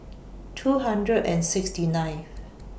two hundred and sixty nine